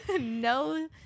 No